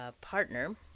partner